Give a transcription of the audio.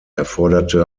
erforderte